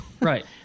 Right